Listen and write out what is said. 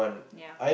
ya